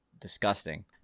Disgusting